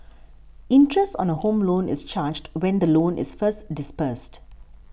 interest on a Home Loan is charged when the loan is first disbursed